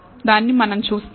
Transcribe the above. దానిని మనం చూస్తాము